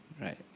right